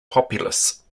populace